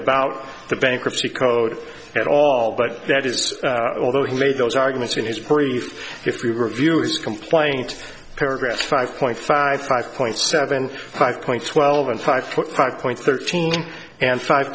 about the bankruptcy code at all but that it's although he made those arguments in his brief history reviews complaint paragraphs five point five five point seven five points twelve and five foot five points thirteen and five